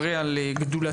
מראה על גדולתו,